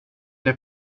det